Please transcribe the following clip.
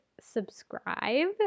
subscribe